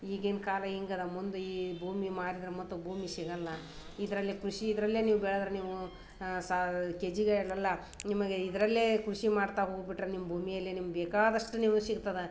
ಈಗಿನ ಕಾಲ ಹಿಂಗೆ ಅದು ಮುಂದೆ ಈ ಭೂಮಿ ಮಾರಿದರೆ ಮತ್ತೆ ಭೂಮಿ ಸಿಗೋಲ್ಲ ಇದರಲ್ಲಿ ಕೃಷಿ ಇದರಲ್ಲೆ ನೀವು ಬೆಳೆದ್ರೆ ನೀವು ಸಹ ಕೆಜಿಗೆ ಇಡೋಲ್ಲ ನಿಮಗೆ ಇದರಲ್ಲೇ ಕೃಷಿ ಮಾಡ್ತಾ ಹೋಗಿಬಿಟ್ರೆ ನಿಮ್ಮ ಭೂಮಿಯಲ್ಲೆ ನಿಮ್ಗೆ ಬೇಕಾದಷ್ಟು ನಿಮ್ಗೆ ಸಿಗ್ತದೆ